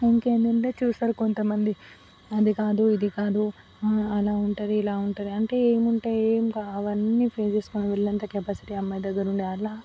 ఇంకేందంటే చూస్తారు కొంతమంది అది కాదు ఇది కాదు అలా ఉంటుంది ఇలా ఉంటది అంటే ఏముంటాయి ఏం అవన్నీఫేస్ చేసుకొని వెళ్ళేంత కెపాసిటీ అమ్మాయి దగ్గర ఉండే అలా